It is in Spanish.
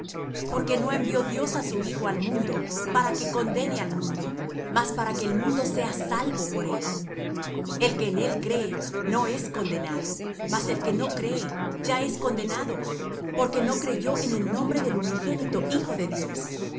porque no envió dios á su hijo al mundo para que condene al mundo mas para que el mundo sea salvo por él el que en él cree no es condenado mas el que no cree ya es condenado porque no creyó en el nombre del unigénito hijo de dios